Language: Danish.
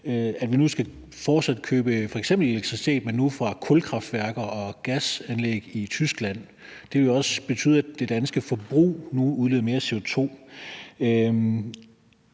vind bl.a., fortsat skal købe f.eks. elektricitet, men nu produceret på kulkraftværker og gasanlæg i Tyskland. Det vil også betyde, at det danske forbrug vil udlede mere CO2.